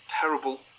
Terrible